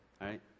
right